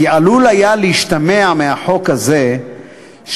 כי עלול היה להשתמע מהחוק הזה שקבוצות